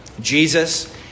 Jesus